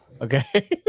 Okay